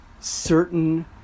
certain